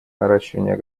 наращивание